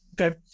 Okay